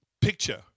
picture